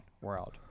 world